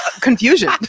confusion